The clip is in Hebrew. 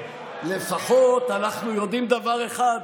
לפחות אנחנו יודעים דבר אחד: